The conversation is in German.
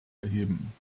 erheben